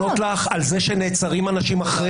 אני יכול לענות לך על זה ולומר לך שנעצרים אנשים אחרי